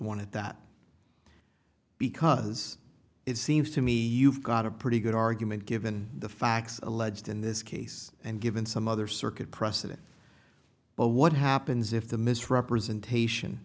at that because it seems to me you've got a pretty good argument given the facts alleged in this case and given some other circuit precedent but what happens if the misrepresentation